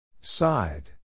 Side